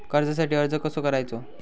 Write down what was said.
कर्जासाठी अर्ज कसो करायचो?